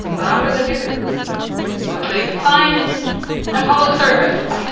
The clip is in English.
but i'm gonna do that for the sake of science and public service.